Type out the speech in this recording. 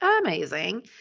amazing